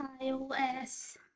iOS